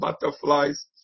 butterflies